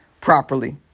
properly